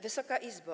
Wysoka Izbo!